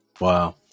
Wow